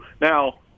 Now